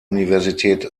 universität